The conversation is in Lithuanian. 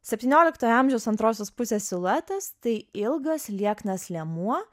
septynioliktojo amžiaus antrosios pusės siluetas tai ilgas lieknas liemuo